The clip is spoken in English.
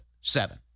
seven